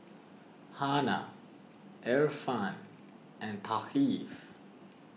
Hana Irfan and Thaqif